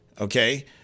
Okay